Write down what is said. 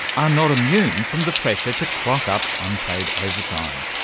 are not immune from the pressure to clock-up unpaid overtime.